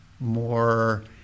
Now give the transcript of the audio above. More